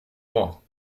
moi